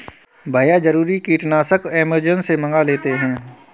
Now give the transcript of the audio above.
भैया जरूरी कीटनाशक अमेजॉन से मंगा लेते हैं